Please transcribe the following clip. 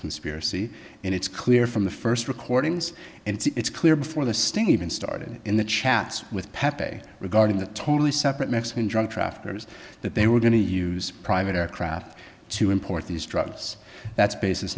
conspiracy and it's clear from the first recordings it's clear before the sting even started in the chats with pepe regarding the totally separate mexican drug traffickers that they were going to use private aircraft to import these drugs that's basis